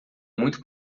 muito